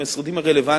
עם המשרדים הרלוונטיים